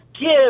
give